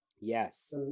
Yes